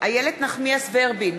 איילת נחמיאס ורבין,